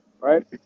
right